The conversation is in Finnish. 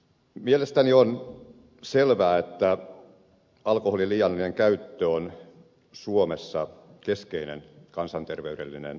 mielestäni on selvää että alkoholin liiallinen käyttö on suomessa keskeinen kansanterveydellinen ongelma